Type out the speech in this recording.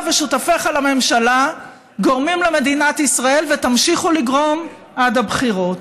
ושותפיך לממשלה גורמים למדינת ישראל ותמשיכו לגרום עד הבחירות.